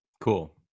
Cool